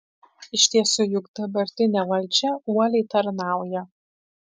iš tiesų juk dabartinė valdžia uoliai tarnauja